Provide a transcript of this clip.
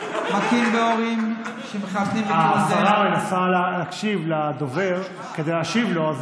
השרה מנסה להקשיב לדובר כדי להשיב לו,